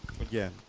Again